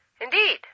Indeed